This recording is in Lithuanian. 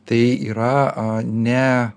tai yra ne